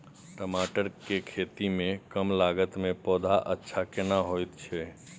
टमाटर के खेती में कम लागत में पौधा अच्छा केना होयत छै?